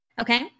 Okay